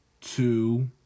two